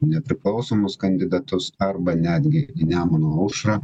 nepriklausomus kandidatus arba netgi į nemuno aušrą